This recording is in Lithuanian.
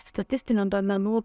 statistinių duomenų